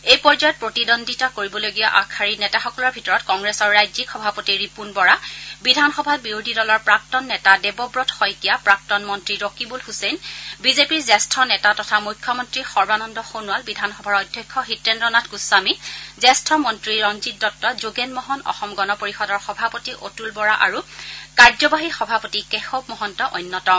এই পৰ্য্যায়ত প্ৰতিদ্বন্দ্বিতা কৰিবলগীয়া আগশাৰীৰ নেতাসকলৰ ভিতৰত কংগ্ৰেছৰ ৰাজ্যিক সভাপতি ৰিপূণ বৰা বিধানসভাত বিৰোধী দলৰ প্ৰাক্তন নেতা দেবৱত শইকীয়া প্ৰাক্তন মন্ত্ৰী ৰকিবুল ছছেইন বিজেপিৰ জ্যেষ্ঠ নেতা তথা মুখ্যমন্ত্ৰী সৰ্বানন্দ সোণোৱাল বিধানসভাৰ অধ্যক্ষ হিতেস্ৰ নাথ গোস্বামী জ্যেষ্ঠ মন্তী ৰঞ্জিত দত্ত যোগেন মহন অসম গণ পৰিষদৰ সভাপতি অতুল বৰা আৰু কাৰ্য্যবাহী সভাপতি কেশৱ মহন্ত অন্যতম